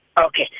Okay